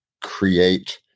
create